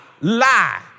lie